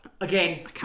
again